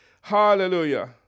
Hallelujah